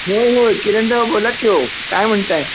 होय होय किरणराव बोला की हो काय म्हणत आहे